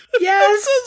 Yes